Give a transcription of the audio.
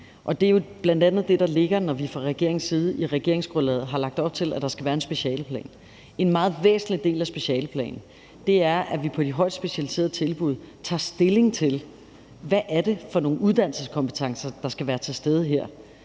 Det er jo bl.a. det, der ligger, når vi fra regeringens side i regeringsgrundlaget har lagt op til, at der skal være en specialeplan. En meget væsentlig del af specialeplanen er, at vi på de højtspecialiserede tilbud tager stilling til, hvad det er for nogle uddannelseskompetencer, der skal være til stede her.